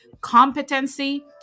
competency